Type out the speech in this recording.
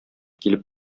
килеп